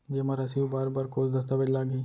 जेमा राशि उबार बर कोस दस्तावेज़ लागही?